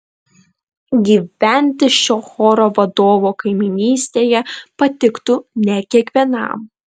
gyventi šio choro vadovo kaimynystėje patiktų ne kiekvienam